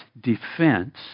defense